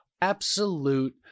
absolute